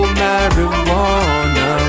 marijuana